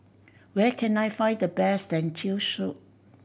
where can I find the best Lentil Soup